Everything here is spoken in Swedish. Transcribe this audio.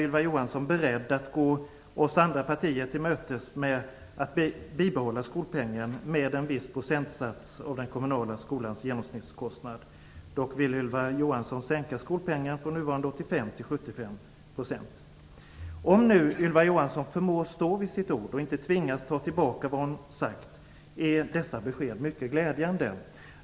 Ylva Johansson beredd att gå andra partier till mötes genom att bibehålla skolpengen med en viss procentsats av den kommunala skolans genomsnittskostnad. Dock vill Ylva Johansson sänka skolpengen från nuvarande 85 % till 75 %. Om nu Ylva Johansson förmår stå vid sitt ord och inte tvingas ta tillbaka vad hon har sagt är dessa besked mycket glädjande.